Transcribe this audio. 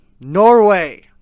norway